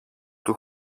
του